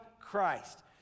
Christ